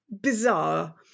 bizarre